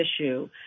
issue